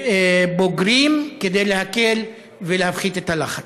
לבוגרים, כדי להקל ולהפחית את הלחץ.